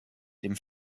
dem